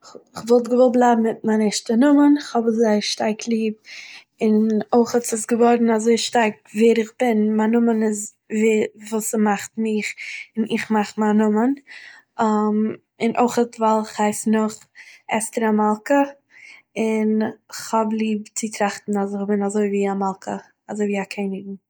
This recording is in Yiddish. כ'וואלט געוואלט בלייבן מיט מיין ערשטע נאמען, איך האב עס זייער שטארק ליב, און אויכ'עט ס'איז געווארן אזוי שטארק ווער איך בין מיין נאמען איז ווער וואס ס'מאכט מיך און איך מאך מיין נאמען, און אויכ'עט ווייל איך הייס נאך אסתר המלכה און, איך האב ליב צו טראכטן אז איך בין אזויווי א מלכה, אזויווי א קעניגן